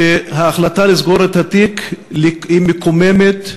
שההחלטה לסגור את התיק היא מקוממת,